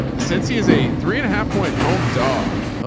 ah since he is eight, three and a half point home dog. ah